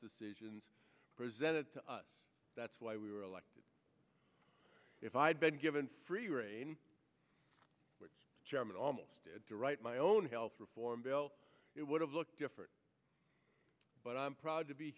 decisions presented to us that's why we were elected if i had been given free rein words chairman almost to direct my own health reform bill it would have looked different but i'm proud to be